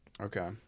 Okay